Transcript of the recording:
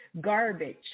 garbage